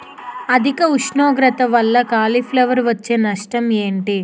అధిక ఉష్ణోగ్రత వల్ల కాలీఫ్లవర్ వచ్చే నష్టం ఏంటి?